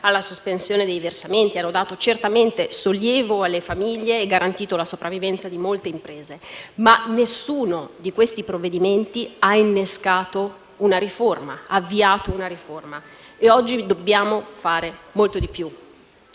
alla sospensione dei versamenti che hanno dato certamente sollievo alle famiglie e garantito la sopravvivenza di molte imprese, ma nessuno di questi provvedimenti ha innescato una riforma e oggi dobbiamo fare molto di più.